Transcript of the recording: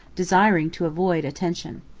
desiring to avoid attention.